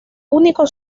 único